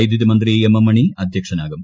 വൈദ്യുതിമന്ത്രി M M Mani അധ്യക്ഷനാകും